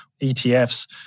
ETFs